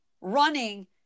running